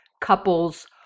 couples